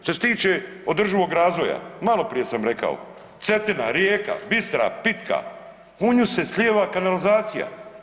Što se tiče održivog razvoja, maloprije sam rekao Cetina rijeka, bistra, pitka u nju se slijeva kanalizacija.